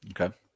Okay